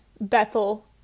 Bethel